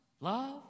love